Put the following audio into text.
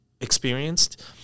experienced